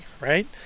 right